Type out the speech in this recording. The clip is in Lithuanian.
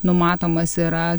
numatomas yra